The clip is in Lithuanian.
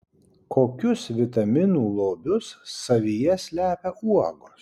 kokius vitaminų lobius savyje slepia uogos